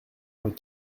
vingt